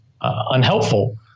unhelpful